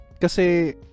kasi